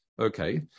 Okay